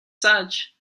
such